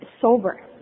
sober